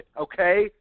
Okay